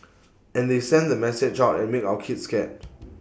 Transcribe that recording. and they send the message out and make our kids scared